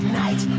night